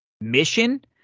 Mission